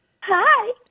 hi